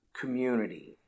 community